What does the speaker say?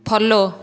follow